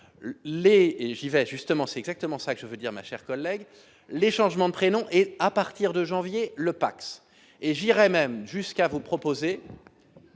Les et j'y vais justement c'est exactement ça que je veux dire ma chère collègue les changements de prénom et à partir de janvier le Pacs et j'irais même jusqu'à vous proposer,